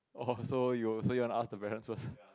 orh so you so you want ask the parents first